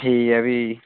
ठीक ऐ भी